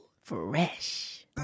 Fresh